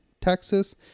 Texas